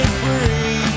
free